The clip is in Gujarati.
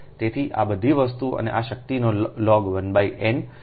તેથી આ બધી વસ્તુ અને આ શક્તિનો લોગ 1 n